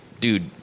dude